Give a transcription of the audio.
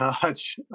touch